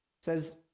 says